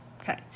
Okay